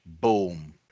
boom